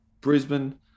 Brisbane